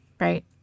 right